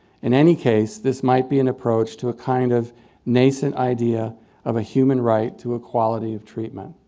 in any case, this might be an approach to a kind of nascent idea of a human right to a quality of treatment.